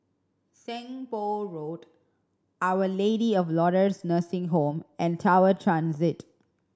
Seng Poh Road Our Lady of Lourdes Nursing Home and Tower Transit